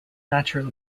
natural